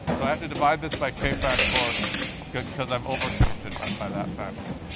so i have to divide this by k factorial because i've over-counted but by that factor.